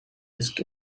disk